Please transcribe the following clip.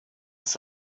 ist